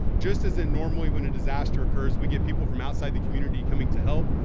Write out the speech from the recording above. just as in normally when a disaster occurs, we get people from outside the community coming to help.